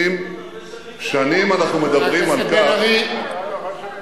אתה כבר לא היית בהרבה שכונות הרבה שנים,